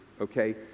okay